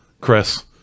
chris